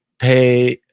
pay,